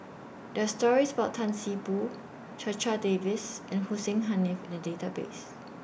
There Are stories about Tan See Boo Checha Davies and Hussein Haniff in The Database